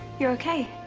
you're okay.